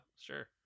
Sure